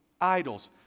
idols